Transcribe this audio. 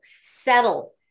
settle